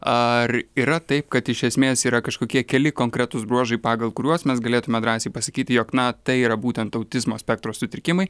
ar yra taip kad iš esmės yra kažkokie keli konkretūs bruožai pagal kuriuos mes galėtume drąsiai pasakyti jog na tai yra būtent autizmo spektro sutrikimai